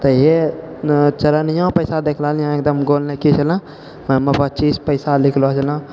तहिए चरनिआ पइसा देखले रहिए एकदम गोल नइखे छलऽ हम पचीस पइसा लिखलऽ छलऽ